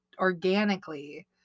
organically